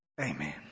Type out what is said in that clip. Amen